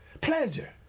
Pleasure